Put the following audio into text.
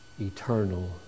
eternal